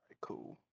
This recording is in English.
cool